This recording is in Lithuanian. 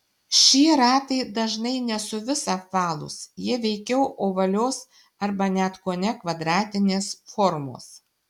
šie ratai dažnai ne suvis apvalūs jie veikiau ovalios arba net kone kvadratinės formos